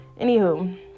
anywho